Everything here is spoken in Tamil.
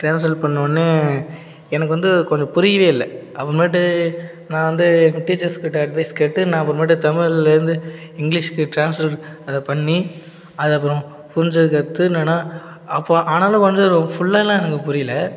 ட்ரான்ஸ்லேட் பண்ணோடன்னே எனக்கு வந்து கொஞ்சம் புரியவே இல்லை அப்புறமேட்டு நான் வந்து டீச்சர்ஸ் கிட்ட அட்வைஸ் கேட்டு நான் அப்புறமேட்டு தமிழ்லேருந்து இங்கிலீஷ்க்கு ட்ரான்ஸ்லேட் அதை பண்ணி அதை அப்புறம் புரிஞ்சுக்கறத்து என்னன்னால் அப்போது ஆனாலும் வந்து ரொ ஃபுல்லாலாம் எனக்கு புரியலை